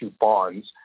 bonds